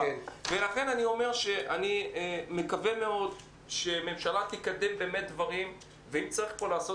דבר אחרון כיוון שאנחנו יודעים שמתווה משרד האוצר לא עונה